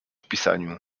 pisaniu